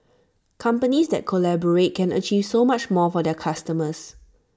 companies that collaborate can achieve so much more for their customers